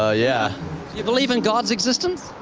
ah yeah you believe in god's existence?